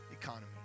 economy